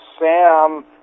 Sam